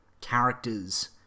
characters